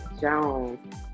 Jones